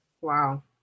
Wow